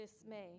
dismay